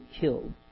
killed